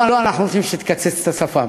לא, אנחנו רוצים שתקצץ את השפם.